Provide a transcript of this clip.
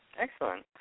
Excellent